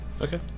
Okay